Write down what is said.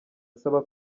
asaba